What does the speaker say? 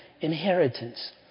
inheritance